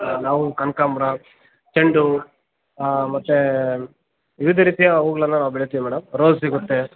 ನಾವು ಕನ್ಕಾಂಬರ ಚೆಂಡೂ ಮತ್ತು ವಿವಿಧ ರೀತಿಯ ಹೂಗಳನ್ನು ನಾವು ಬೆಳಿತೀವಿ ಮೇಡಮ್ ರೋಸ್ ಸಿಗುತ್ತೆ